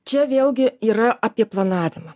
čia vėlgi yra apie planavimą